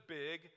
big